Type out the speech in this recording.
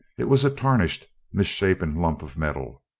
it was a tarnished, misshapen lump of metal.